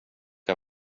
jag